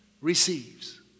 receives